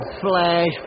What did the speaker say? flash